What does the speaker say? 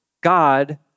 God